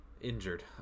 injured